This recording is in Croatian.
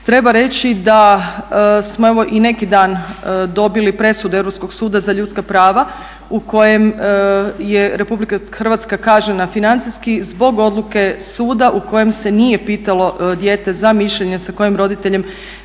Treba reći da smo evo i neki dan dobili presudu Europskog suda za ljudska prava u kojem je RH kažnjena financijski zbog odluke suda u kojem se nije pitalo dijete za mišljenje sa kojim roditeljem